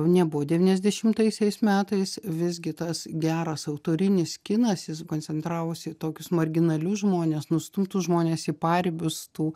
nebuvo devyniasdešimtaisiais metais visgi tas geras autorinis kinas jis koncentravosi į tokius marginalių žmones nustumtus žmones į paribius tų